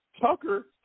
Tucker